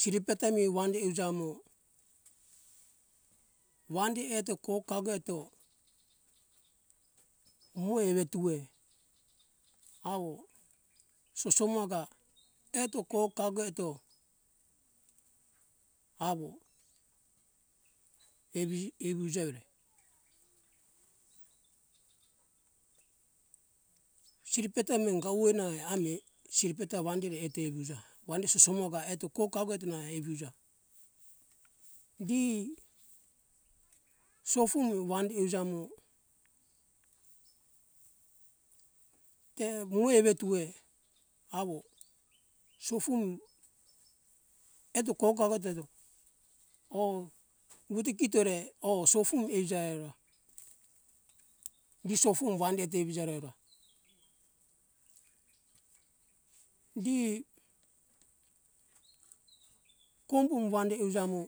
siripetemi wande uja mo wande eto ko kago eto mo evetue awo sosomoaga eto ko kago eto awo evi ivujeore siripeto manga uwenae ami siripeto wandered ete wuja wande sosomoaga eto ko kago eto na evuja di sofumi wande uja mo te mo evetue awo sofumi eto ko kago te do oh wutu kitore oh sofu eiza ora gi sofu wande wuja reora di kombu wande uja mo